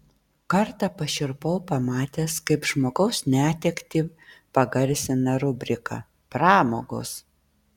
kartą pašiurpau pamatęs kaip žmogaus netektį pagarsina rubrika pramogos